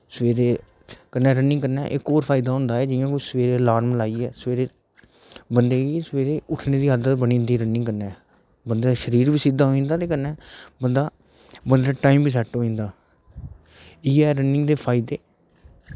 सवेरे कन्नै रन्निंग कन्नै इक होर फायदा होंदा ऐ जियां कोई सवेरे आलार्म लाइयै सवेरे बंदे गी सवेरे उट्ठने दी आदत बनी जंदी रन्निंग कन्नै बंदे दा शरीर बी सिध्दा होई जंदा ते कन्नै बंदा बंदेदा टाईम बी सैट होई जंदा इयै रन्निंग दे फायदे